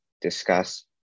discuss